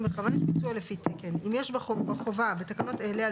ביצוע לפי תקן 25. אם יש חובה בתקנות אלה על